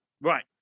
right